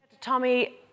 Tommy